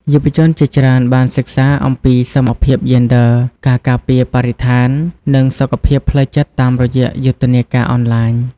យុវជនជាច្រើនបានសិក្សាអំពីសមភាពយេនឌ័រ ការការពារបរិស្ថាន និងសុខភាពផ្លូវចិត្តតាមរយៈយុទ្ធនាការអនឡាញ។